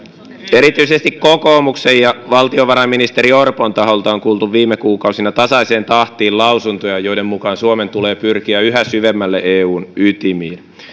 erityisesti kokoomuksen ja valtiovarainministeri orpon taholta on kuultu viime kuukausina tasaiseen tahtiin lausuntoja joiden mukaan suomen tulee pyrkiä yhä syvemmälle eun ytimiin